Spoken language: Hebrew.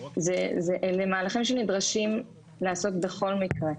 אלה מהלכים שנדרשים לעשות בכל מקרה,